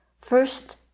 first